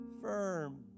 firm